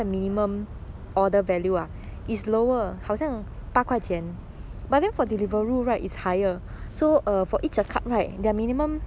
mm